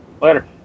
later